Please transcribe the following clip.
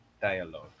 Dialogue